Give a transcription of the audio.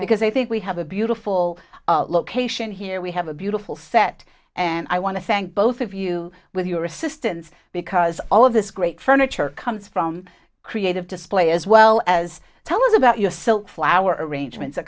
because i think we have a beautiful location here we have a beautiful set and i want to thank both of you with your assistance because all of this great furniture comes from creative display as well as tell us about your so flower arrangements